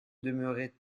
demeurait